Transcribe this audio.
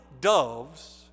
doves